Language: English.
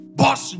boss